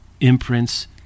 imprints